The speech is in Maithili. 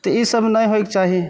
तऽ ई सब नहि होइके चाही